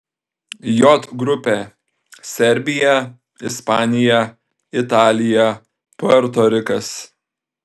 j grupė serbija ispanija italija puerto rikas